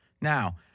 Now